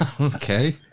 Okay